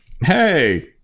Hey